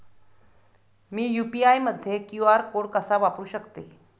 मी UPI मध्ये QR code कसा वापरु शकते?